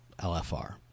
LFR